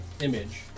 image